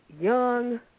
young